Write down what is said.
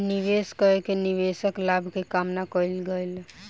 निवेश कय के निवेशक लाभ के कामना कयलक